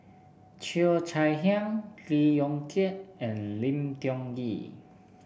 Cheo Chai Hiang Lee Yong Kiat and Lim Tiong Ghee